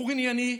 בחור ענייני,